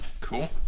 Cool